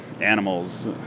animals